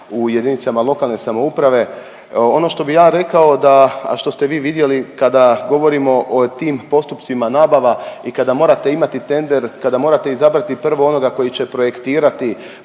u jedinicama lokalne samouprave. Ono što bi ja rekao da, a što ste vi vidjeli kada govorimo o tim postupcima nabava i kada morate imati tender, kada morate izabrati prvo onoga koji će projektirati,